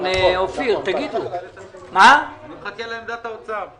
אני מחכה לעמדת האוצר.